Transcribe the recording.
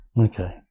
Okay